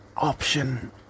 option